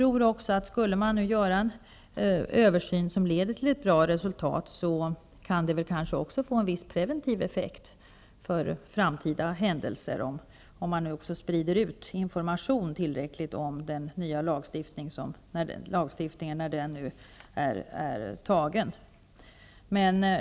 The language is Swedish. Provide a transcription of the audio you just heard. Om man gör en översyn som leder till ett bra resultat, skulle det kanske kunna få en viss preventiv effekt -- detta under förutsättning att man i tillräcklig omfattning sprider ut information om den nya lagstiftningen när den väl finns.